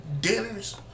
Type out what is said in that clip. dinners